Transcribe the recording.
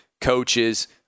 coaches